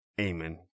Amen